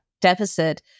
deficit